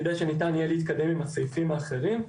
כדי שניתן יהיה להתקדם עם הסעיפים האחרים.